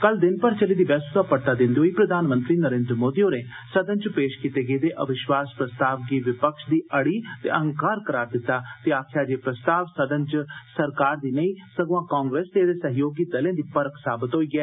कल दिन भर चली दी वैहसू दा परता दिंदे होई प्रधानमंत्री नरेन्द्र मोदी होरें सदन च पेश कीत्ते गेदे अविश्वास प्रस्ताव गी विपक्ष दी अड़ी ते अहंकार करा'र दित्ता ते आक्खेया जे एह् प्रस्ताव सदन च सरकार दी नेंई सगुआं कांग्रेस ते एदे सहयोगी दलें दी परख साबत होई ऐ